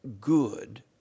good